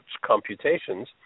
computations